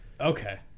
okay